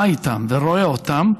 חי איתם ורואה אותם,